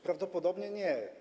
Prawdopodobnie nie.